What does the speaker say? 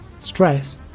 Stress